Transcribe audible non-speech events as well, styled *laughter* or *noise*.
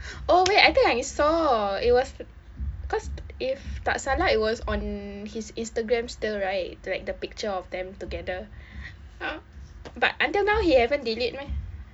oh wait i think I saw it was th~ cause if tak salah it was on his instagram still right like the picture of them together *noise* but until now he haven't delete meh